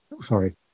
sorry